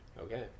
Okay